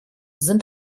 sind